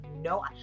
no